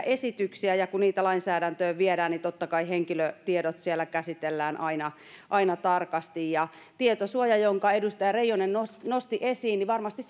esityksiä ja kun niitä lainsäädäntöön viedään niin totta kai henkilötiedot siellä käsitellään aina aina tarkasti ja tietosuoja jonka edustaja reijonen nosti nosti esiin varmasti